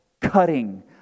cutting